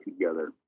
together